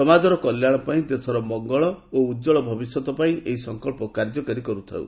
ସମାଜର କଲ୍ୟାଣ ପାଇଁ ଦେଶର ମଙ୍ଗଳ ଓ ଉଜ୍ୱଳ ଭବିଷ୍ରତ ପାଇଁ ଏହି ସଙ୍କଳ୍ପ କାର୍ଯ୍ୟକାରୀ କରିଥାଉ